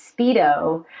Speedo